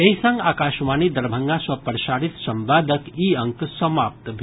एहि संग आकाशवाणी दरभंगा सँ प्रसारित संवादक ई अंक समाप्त भेल